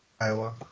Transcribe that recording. Iowa